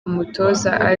umutoza